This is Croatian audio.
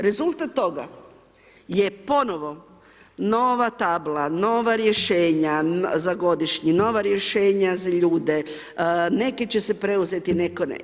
Rezultat toga je ponovo nova tabla, nova rješenja za godišnji, nova rješenja za ljude, neke će se preuzeti, netko ne.